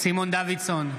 סימון דוידסון,